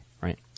Right